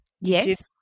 yes